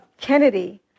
Kennedy